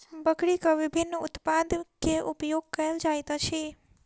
बकरीक विभिन्न उत्पाद के उपयोग कयल जाइत अछि